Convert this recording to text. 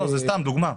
לא, זה סתם דוגמה.